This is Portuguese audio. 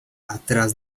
atrás